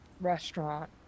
Restaurant